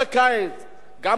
גם במחאה החברתית,